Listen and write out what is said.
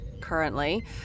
currently